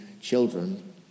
children